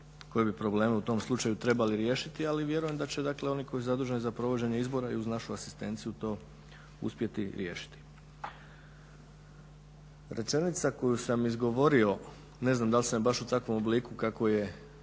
koje bi probleme u tom slučaju trebali riješiti, ali vjerujem dakle da će dakle oni koji je zadužen za provedbu izbora i uz našu asistenciju to uspjeti riješiti. Rečenica koju sam izgovorio, ne znam dal sam je baš u takvom obliku kako je